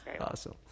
awesome